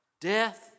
death